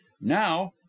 Now